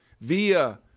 via